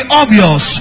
obvious